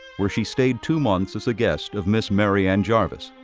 where she stayed two months as a guest of miss mary ann jarvis.